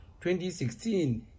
2016